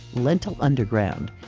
lentil underground,